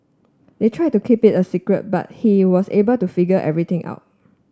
they try to keep it a secret but he was able to figure everything out